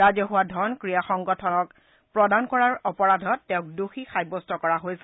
ৰাজহুৱা ধন ক্ৰীড়া সংগঠনক প্ৰদান কৰাৰ অপৰাধত তেওঁক দোষী সাব্যস্ত কৰা হৈছে